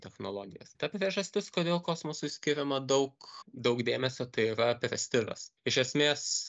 technologijas ta priežastis kodėl kosmosui skiriama daug daug dėmesio tai yra prestižas iš esmės